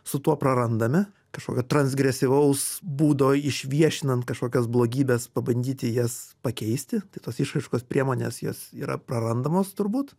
su tuo prarandame kažkokio transgresyvaus būdo išviešinant kažkokias blogybes pabandyti jas pakeisti tai tos išraiškos priemonės jos yra prarandamos turbūt